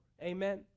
Amen